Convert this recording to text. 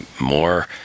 more